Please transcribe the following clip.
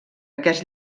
aquest